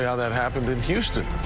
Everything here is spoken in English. yeah that happened in houston.